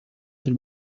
del